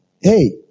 hey